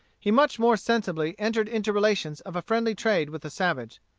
he much more sensibly entered into relations of friendly trade with the savage.